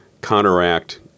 counteract